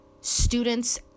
Students